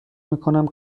میکنم